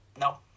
No